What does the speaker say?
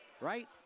right